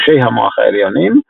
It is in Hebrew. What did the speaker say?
גושי המוח העליונים,